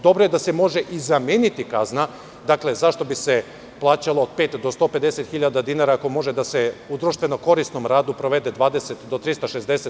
Dobro je da se može i zameniti kazna, jer, zašto bi se plaćalo od pet do 150 hiljada dinara ako može da se u društveno-korisnom radu provede od 20 do 360?